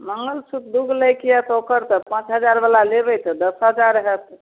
मँगलसूत्र दुइगो लैके अइ तऽ ओकर तऽ पाँच हजारवला लेबै तऽ दस हजार हैत